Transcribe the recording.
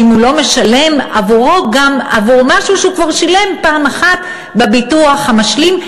האם הוא לא משלם גם עבור משהו שהוא כבר שילם עבורו פעם בביטוח המשלים,